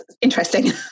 interesting